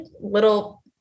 little